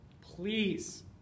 please